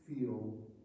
feel